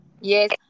Yes